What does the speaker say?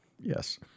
Yes